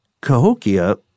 Cahokia